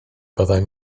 byddai